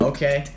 Okay